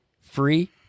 Free